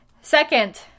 Second